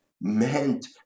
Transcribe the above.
meant